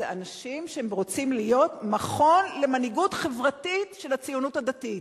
אלה אנשים שרוצים להיות מכון למנהיגות חברתית של הציונות הדתית,